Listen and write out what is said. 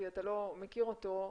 כי אתה לא מכיר אותו,